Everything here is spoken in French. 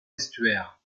estuaires